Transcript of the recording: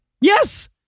Yes